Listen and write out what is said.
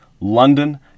London